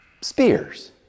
spears